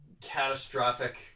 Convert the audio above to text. catastrophic